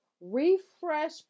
refresh